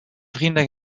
vrienden